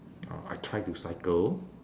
oh I try to cycle